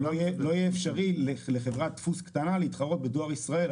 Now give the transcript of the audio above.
אבל לא יהיה אפשרי לחברת דפוס קטנה להתחרות בדואר ישראל.